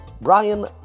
Brian